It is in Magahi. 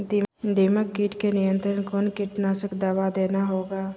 दीमक किट के नियंत्रण कौन कीटनाशक दवा देना होगा?